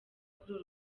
kuri